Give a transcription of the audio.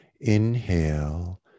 inhale